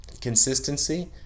consistency